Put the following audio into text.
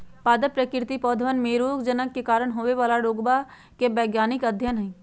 पादप विकृति पौधवन में रोगजनक के कारण होवे वाला रोगवा के वैज्ञानिक अध्ययन हई